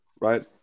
right